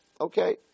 Okay